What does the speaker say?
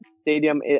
stadium